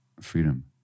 freedom